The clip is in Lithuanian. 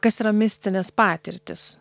kas yra mistinės patirtys